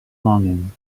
longing